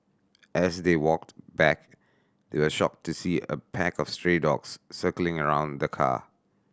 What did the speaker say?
as they walked back they were shocked to see a pack of stray dogs circling around the car